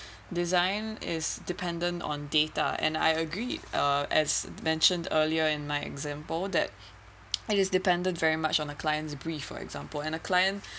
design is dependent on data and I agreed uh as mentioned earlier in my example that it is dependent very much on a client's brief for example and a client